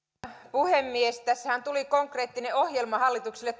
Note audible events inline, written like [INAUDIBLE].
puhemies tässähän tuli konkreettinen ohjelma hallitukselle [UNINTELLIGIBLE]